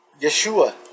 Yeshua